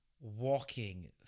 walking